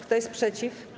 Kto jest przeciw?